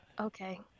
okay